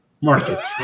Marcus